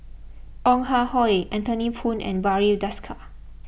Ong Ah Hoi Anthony Poon and Barry Desker